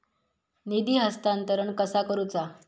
निधी हस्तांतरण कसा करुचा?